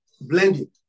blending